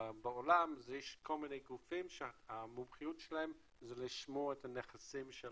בעולם יש כל מיני גופים שהמומחיות שלהם זה לשמור את הנכסים של